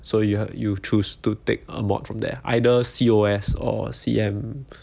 so you you choose to take a mod from there either C_O_S or C_M